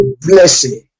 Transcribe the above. blessing